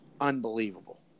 unbelievable